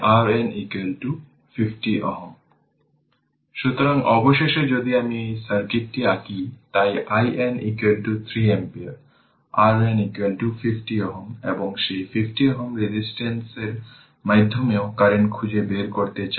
সুতরাং 100 তাই RN 50 Ω সুতরাং অবশেষে যদি আমি এই সার্কিটটি আঁকি তাই IN 3 অ্যাম্পিয়ার RN 50 Ω এবং সেই 50 Ω রেজিস্টেন্সের মাধ্যমেও কারেন্ট খুঁজে বের করতে চাই